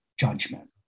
judgment